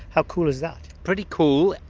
how cool is that? pretty cool,